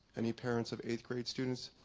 any parents of eighth grade students?